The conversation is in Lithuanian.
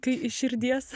kai iš širdies